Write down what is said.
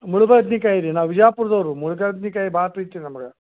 ಮುಳ್ಳು ಬದ್ನೇಕಾಯಿ ರೀ ನಾವು ಬಿಜಾಪುರ್ದವರು ಮುಳ್ಳು ಬದ್ನಿಕಾಯಿ ಭಾಳ ಪ್ರೀತಿ ನಮ್ಗೆ